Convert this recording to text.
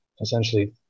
essentially